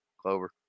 Clover